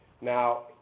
Now